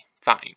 fine